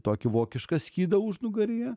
tokį vokišką skydą užnugaryje